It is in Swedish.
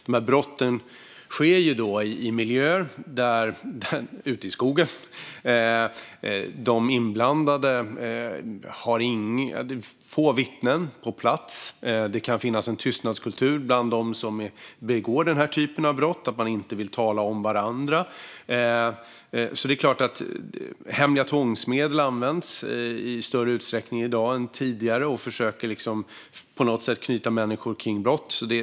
De här brotten sker i miljöer ute i skogen där det är få vittnen på plats. Det kan finnas en tystnadskultur bland dem som begår den här typen av brott som gör att man inte vill tala om varandra. Hemliga tvångsmedel används i större utsträckning i dag än tidigare, och man försöker på det sättet knyta människor till brott.